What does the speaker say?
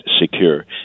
secure